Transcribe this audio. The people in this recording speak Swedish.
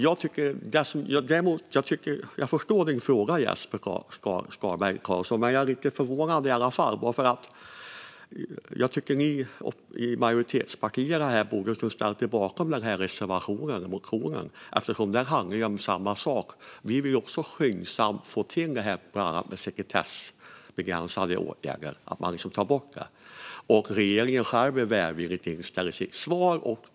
Jag förstår din fråga, Jesper Skalberg Karlsson, men jag är ändå lite förvånad. Jag tycker att ni i majoritetspartierna borde ha ställt er bakom den här motionen eftersom den handlar om samma sak. Vi vill också skyndsamt få till bland annat detta med sekretessbegränsande åtgärder. Regeringen själv är välvilligt inställd i sitt svar.